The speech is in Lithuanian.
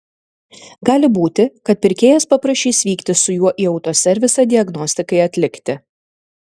gali būti kad pirkėjas paprašys vykti su juo į autoservisą diagnostikai atlikti